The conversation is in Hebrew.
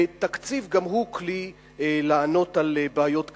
תקציב גם הוא כלי לענות על בעיות כאלה.